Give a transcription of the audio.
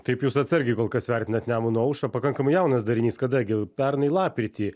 taip jūs atsargiai kol kas vertinant nemuno aušrą pakankamai jaunas darinys kada gi pernai lapkritį